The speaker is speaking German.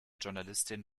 journalistin